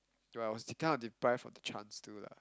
though I was kind of deprived of the chance to lah